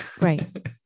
Right